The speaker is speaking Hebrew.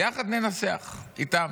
יחד ננצח, איתם.